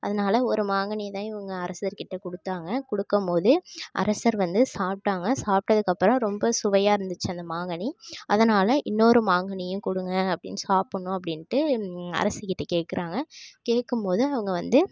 அதனால் ஒரு மாங்கனியைதான் இவங்க அரசர்கிட்ட கொடுத்தாங்க கொடுக்கம்மோது அரசர் வந்து சாப்பிட்டாங்க சாப்பிட்டதுக்கப்பறம் ரொம்ப சுவையாக இருந்துச்சு அந்த மாங்கனி அதனால் இன்னொரு மாங்கனியும் கொடுங்க அப்படின் சாப்புடணும் அப்படின்ட்டு அரசிகிட்ட கேட்கறாங்க கேட்கும்மோது அவங்க வந்து